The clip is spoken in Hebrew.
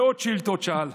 מאות שאילתות שאל,